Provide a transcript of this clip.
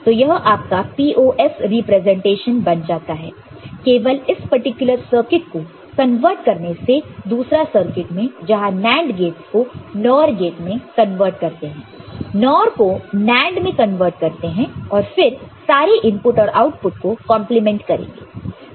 तो यह आपका POS रिप्रेजेंटेशन बन जाता है केवल इस पर्टिकुलर सर्किट को कन्वर्ट करने से दूसरे सर्किट में जहां NAND गेटस को NOR गेट में कन्वर्ट करते हैं NOR को NAND मैं कन्वर्ट करते हैं और फिर सारे इनपुट और आउटपुट को कंप्लीमेंट करेंगे